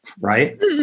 right